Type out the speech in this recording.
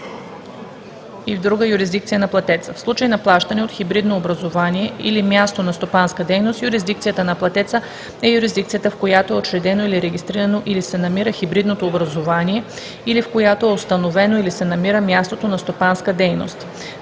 юрисдикция (юрисдикция на инвеститора). В случай на плащане от хибридно образувание или място на стопанска дейност юрисдикцията на платеца е юрисдикцията, в която е учредено или регистрирано, или се намира хибридното образувание, или в която е установено или се намира мястото на стопанска дейност.